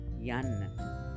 Yan